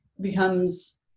becomes